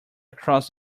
across